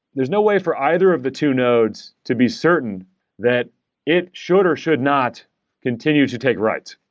there's no way for either of the two nodes to be certain that it should or should not continue to take write,